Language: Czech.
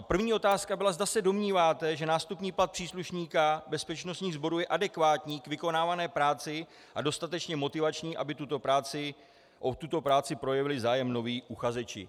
První otázka byla, zda se domníváte, že nástupní plat příslušníka bezpečnostních sborů je adekvátní k vykonávané práci a dostatečně motivační, aby o tuto práci projevili zájem noví uchazeči.